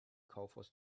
kaufhaus